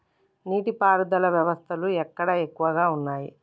నీటి పారుదల వ్యవస్థలు ఎక్కడ ఎక్కువగా ఉన్నాయి?